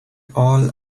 all